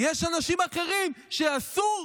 יש אנשים אחרים שאסור